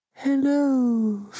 Hello